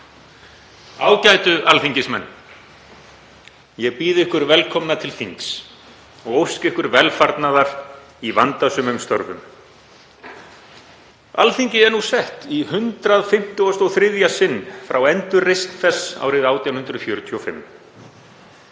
Ágætu alþingismenn. Ég býð ykkur velkomna til þings og óska ykkur velfarnaðar í vandasömum störfum. Alþingi er nú sett í 153. sinn frá endurreisn þess árið 1845.